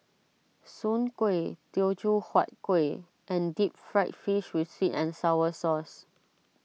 Soon Kueh Teochew Huat Kuih and Deep Fried Fish with Sweet and Sour Sauce